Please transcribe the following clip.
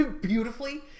beautifully